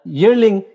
yearling